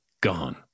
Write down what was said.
gone